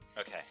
Okay